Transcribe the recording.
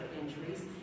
injuries